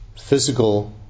physical